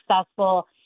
successful